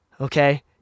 Okay